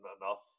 enough